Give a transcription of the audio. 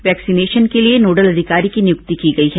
vaccination के लिए nodal अधिकारी की नियुक्ति की गई है